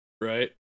Right